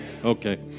Okay